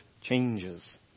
changes